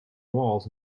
walls